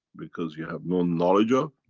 because, you have no knowledge of,